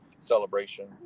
Celebration